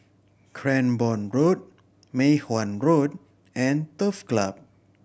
Cranborne Road Mei Hwan Road and Turf Club